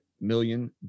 million